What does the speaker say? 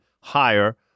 higher